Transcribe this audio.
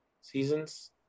seasons